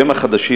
בשם החדשים,